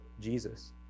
Jesus